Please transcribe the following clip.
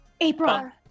April